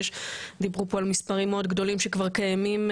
דיברו פה על מספרים מאוד גדולים שכבר קיימים,